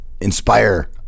Inspire